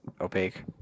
opaque